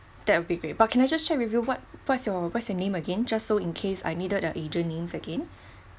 that would be great but can I just check with you what what's your what's your name again just so in case I needed a agent names again